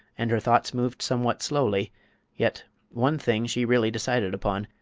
and her thoughts moved somewhat slowly yet one thing she really decided upon,